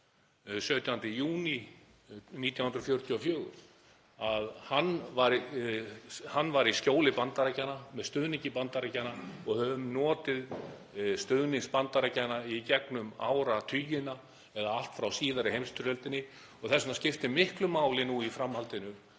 17. júní 1944, var í skjóli Bandaríkjanna, með stuðningi Bandaríkjanna, og við höfum notið stuðnings Bandaríkjanna í gegnum áratugina eða allt frá síðari heimsstyrjöldinni. Þess vegna skiptir miklu máli nú í framhaldinu